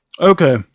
Okay